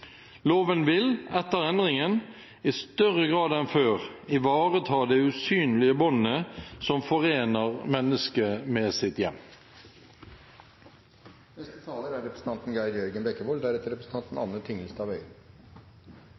loven gjennom dette understreker hensynet til identitet og tilhørighet. Loven vil, etter endringen, i større grad enn før ivareta det usynlige båndet som forener mennesket med sitt hjem. Jeg skal ikke holde noe langt innlegg i denne saken. At dette er